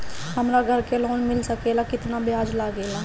हमरा घर के लोन मिल सकेला केतना ब्याज लागेला?